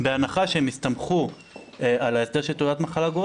יש הסתייגויות של סיעת ישראל ביתנו.